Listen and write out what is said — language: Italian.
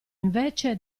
invece